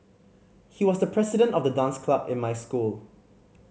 he was the president of the dance club in my school